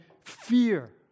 fear